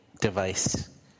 device